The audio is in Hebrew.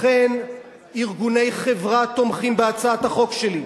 לכן ארגוני חברה תומכים בהצעת החוק שלי.